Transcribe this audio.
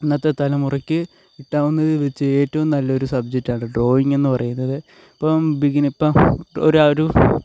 ഇന്നത്തെ തലമുറക്ക് കിട്ടാവുന്നതിൽ വെച്ച് ഏറ്റവും നല്ലൊരു സബ്ജക്റ്റാണ് ഡ്രോയിങ് എന്ന് പറയുന്നത് ഇപ്പം ബിഗിൻ ഇപ്പം ഒരു ആ ഒരു